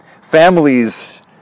Families